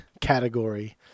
category